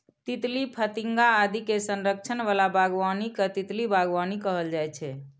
तितली, फतिंगा आदि के संरक्षण बला बागबानी कें तितली बागबानी कहल जाइ छै